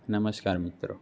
નમસ્કાર મિત્રો